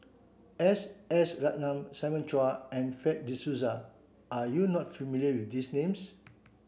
S S Ratnam Simon Chua and Fred de Souza are you not familiar with these names